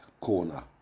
corner